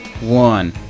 one